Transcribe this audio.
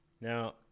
Now –